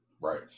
Right